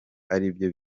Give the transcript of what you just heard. aribyo